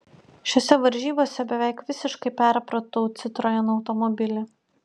šiose varžybose beveik visiškai perpratau citroen automobilį